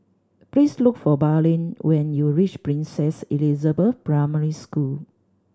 please look for Braylen when you reach Princess Elizabeth Primary School